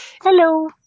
Hello